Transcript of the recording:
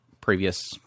previous